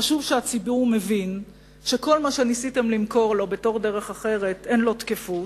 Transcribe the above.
חשוב שהציבור מבין שכל מה שניסיתם למכור לו בתור דרך אחרת אין לו תקפות,